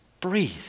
breathe